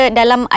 dalam